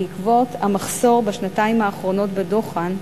בעקבות המחסור בשנתיים האחרונות בדוחן,